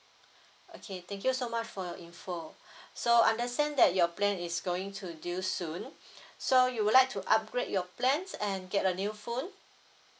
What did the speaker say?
okay thank you so much for your information so understand that your plan is going to due soon so you would like to upgrade your plans and get a new phone